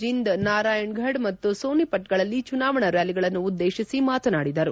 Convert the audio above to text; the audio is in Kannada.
ಜಿಂದ್ ನಾರಾಯಣ್ ಫಡ್ ಮತ್ತು ಸೋನಿಪತ್ಗಳಲ್ಲಿ ಚುನಾವಣಾ ರ್ಖಾಲಿಗಳನ್ನು ಉದ್ದೇತಿಸಿ ಮಾತನಾಡಿದರು